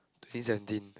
twenty seventeenth